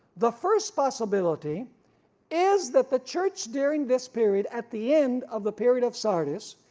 the first possibility is that the church during this period, at the end of the period of sardis,